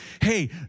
hey